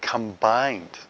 combined